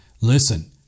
Listen